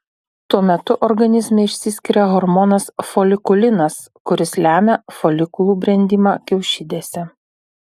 tuo metu organizme išsiskiria hormonas folikulinas kuris lemia folikulų brendimą kiaušidėse